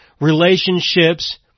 relationships